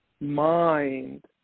mind